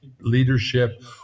leadership